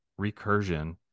recursion